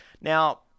Now